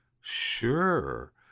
sure